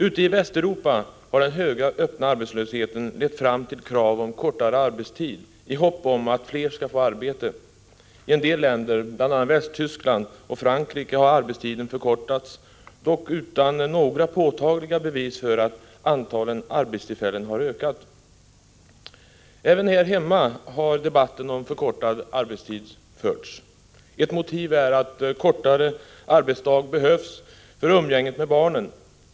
Ute i Västeuropa har den höga öppna arbetslösheten lett till krav om kortare arbetstid i hopp om att fler skall få arbete. I en del länder, bl.a. Västtyskland och Frankrike, har arbetstiden förkortats, dock utan några påtagliga bevis för att antalet arbetstillfällen har ökat. Även här hemma har det förts en debatt om förkortad arbetstid. Ett motiv är att kortare arbetsdag behövs för umgänget med barnen.